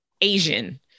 Asian